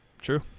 True